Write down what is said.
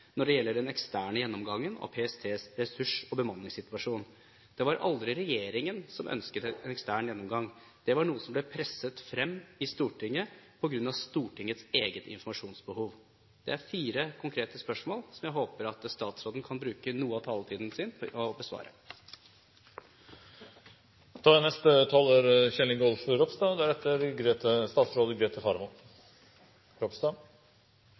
når det gjelder den eksterne gjennomgangen av PSTs ressurs- og bemanningssituasjon? Det var aldri regjeringen som ønsket en ekstern gjennomgang. Det var noe som ble presset frem i Stortinget på grunn av Stortingets eget informasjonsbehov. Dette er fire konkrete spørsmål som jeg håper at statsråden kan bruke noe av taletiden sin på å